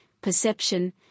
perception